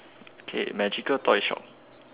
okay magical toy shop